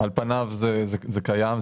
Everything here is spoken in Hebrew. על פניו זה קיים,